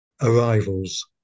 Arrivals